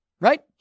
right